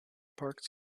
parks